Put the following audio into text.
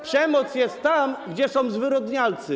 Przemoc jest tam, gdzie są zwyrodnialcy.